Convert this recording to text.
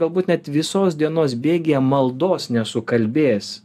galbūt net visos dienos bėgyje maldos nesukalbės